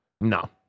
No